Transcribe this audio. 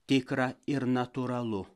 tikra ir natūralu